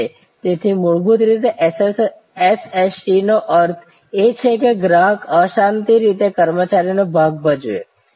તેથી મૂળભૂત રીતે SST નો અર્થ એ છે કે ગ્રાહક આંશિક રીતે કર્મચારીનો ભાગ ભજવશે